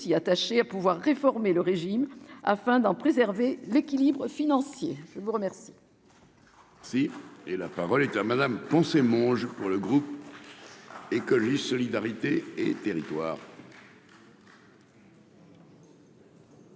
aussi attachés à pouvoir réformer le régime afin d'en préserver l'équilibre financier, je vous remercie.